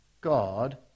God